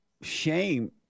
shame